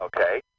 Okay